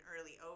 early